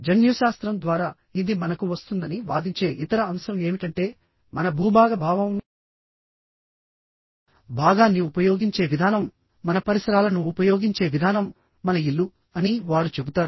జన్యుశాస్త్రం ద్వారా ఇది మనకు వస్తుందని వాదించే ఇతర అంశం ఏమిటంటే మన భూభాగ భావం భాగాన్ని ఉపయోగించే విధానం మన పరిసరాలను ఉపయోగించే విధానం మన ఇల్లు అని వారు చెబుతారు